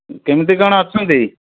କେମିତି କ'ଣ ଅଛନ୍ତି